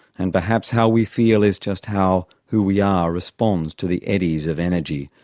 and perhaps how we feel is just how who we are responds to the eddies of energy,